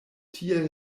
tiel